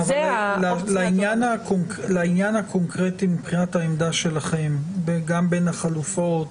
לעניין הקונקרטי מבחינת העמדה שלכם גם בין החלופות